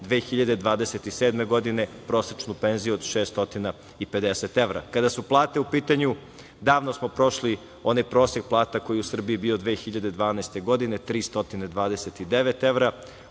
2027. godine prosečnu penziju od 650 evra. Kada su plate u pitanju davno smo prošli onaj prosek plata koji je u Srbiji bio 2012. godine, a